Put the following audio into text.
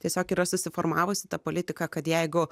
tiesiog yra susiformavusi ta politika kad jeigu